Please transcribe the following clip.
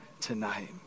tonight